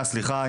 סליחה,